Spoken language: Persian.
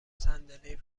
صندلی